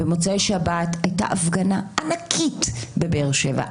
במוצאי שבת הייתה הפגנה ענקית בבאר שבע.